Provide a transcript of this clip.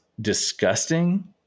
disgusting